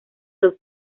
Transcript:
los